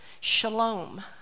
shalom